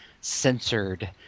Censored